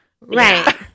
Right